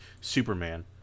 Superman